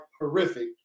horrific